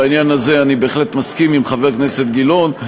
בעניין הזה אני בהחלט מסכים עם חבר הכנסת גילאון.